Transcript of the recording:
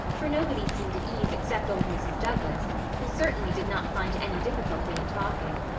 for nobody seemed at ease except old mrs. douglas, who certainly did not find any difficulty in talking.